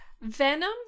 Venom